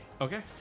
Okay